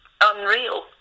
unreal